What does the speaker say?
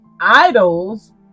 idols